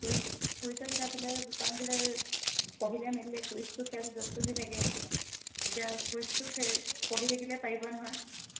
quiz কুইজৰ কিতাপ দিলে কাৰণ কেলৈ পঢ়িলে মেলিলে কুইজটো খেল য'ত ত'ত হৈ থাকে এতিয়া কুইজটো পঢ়ি থাকিলে পাৰিব নহয়